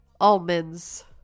Almonds